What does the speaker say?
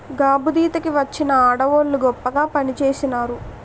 గాబుదీత కి వచ్చిన ఆడవోళ్ళు గొప్పగా పనిచేసినారు